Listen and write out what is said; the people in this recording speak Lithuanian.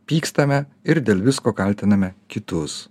pykstame ir dėl visko kaltiname kitus